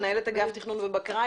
מנהלת אגף תכנון ובקרה,